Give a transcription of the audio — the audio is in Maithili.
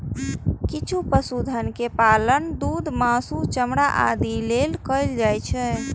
किछु पशुधन के पालन दूध, मासु, चमड़ा आदिक लेल कैल जाइ छै